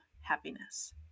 happiness